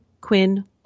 Quinn